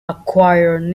acquired